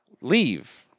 Leave